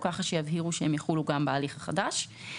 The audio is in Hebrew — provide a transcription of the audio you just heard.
שיבהירו שיחולו גם בהליך החדש.